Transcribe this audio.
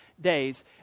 days